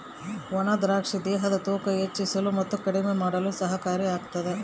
ಒಣ ದ್ರಾಕ್ಷಿ ದೇಹದ ತೂಕ ಹೆಚ್ಚಿಸಲು ಕಡಿಮೆ ಮಾಡಲು ಸಹಕಾರಿ ಆಗ್ತಾದ